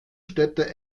städte